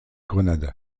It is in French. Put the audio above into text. grenade